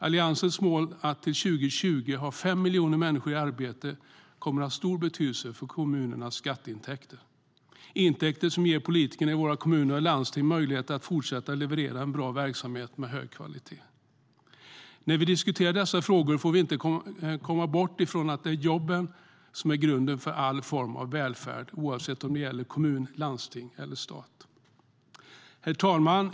Alliansens mål att till 2020 ha fem miljoner människor i arbete kommer att ha stor betydelse för kommuners skatteintäkter, intäkter som ger politikerna i våra kommuner och landsting möjlighet att fortsätta leverera en bra verksamhet med hög kvalitet. När vi diskuterar dessa frågor får vi inte komma bort från att det är jobben som är grunden för all form av välfärd oavsett om det gäller kommun, landsting eller stat. Herr talman!